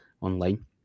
online